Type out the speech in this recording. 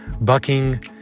bucking